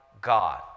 God